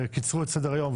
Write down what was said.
וקיצרו את סדר-היום.